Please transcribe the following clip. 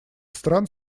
стран